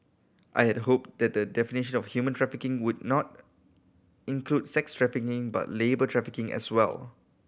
I had hoped that the definition of human trafficking would not include sex trafficking but labour trafficking as well